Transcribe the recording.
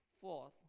Fourth